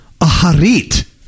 aharit